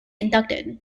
inducted